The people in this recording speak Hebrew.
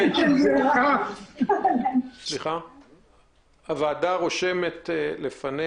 בחודשים האחרונים ליוויתי את נושא איכון הטלפנים על